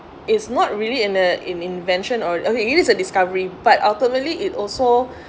it's not really in a in~ invention or okay use a discovery but ultimately it also